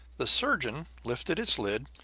the surgeon lifted its lid,